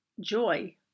joy